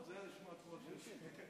מבחוץ זה היה נשמע כמו השם שלי.